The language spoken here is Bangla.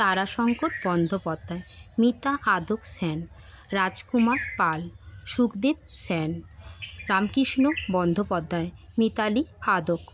তারাশঙ্কর বন্দ্যোপাধ্যায় নীতা আদক সেন রাজকুমার পাল সুখদীপ সেন রামকৃষ্ণ বন্দ্যোপাধ্যায় মিতালি আদক